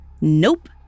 nope